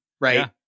right